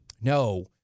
No